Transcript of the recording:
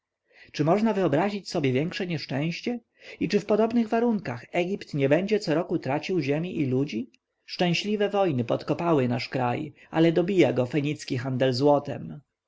czy można wyobrazić sobie większe nieszczęście i czy w podobnych warunkach egipt nie będzie co roku tracił ziemi i ludzi szczęśliwe wojny podkopały nasz kraj ale dobija go fenicki handel złotem